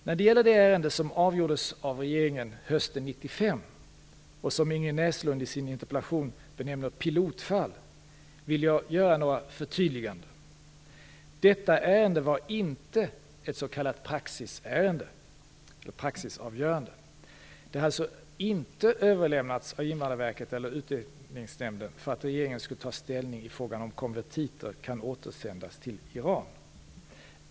När det gäller det ärende som avgjordes av regeringen hösten 1995 och som Ingrid Näslund i sin interpellation benämner pilotfall, vill jag göra några förtydliganden. Detta ärende var inte ett s.k. praxisavgörande. Det hade alltså inte överlämnats av Invandrarverket eller Utlänningsnämnden för att regeringen skulle ta ställning till om konvertiter kan återsändas till Iran.